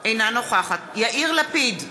אינה נוכחת יאיר לפיד,